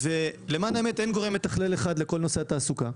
למען האמת, אין גורם מתכלל אחד לכל נושא התעסוקה.